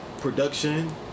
production